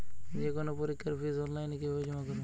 যে কোনো পরীক্ষার ফিস অনলাইনে কিভাবে জমা করব?